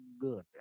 good